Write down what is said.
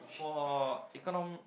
for econom~